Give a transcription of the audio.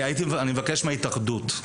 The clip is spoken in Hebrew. אני מבקש מההתאחדות.